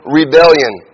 rebellion